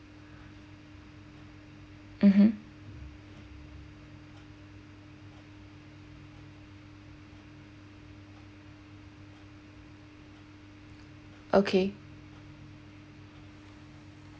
mmhmm okay